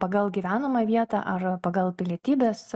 pagal gyvenamą vietą ar pagal pilietybės